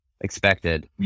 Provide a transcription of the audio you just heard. expected